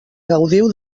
gaudiu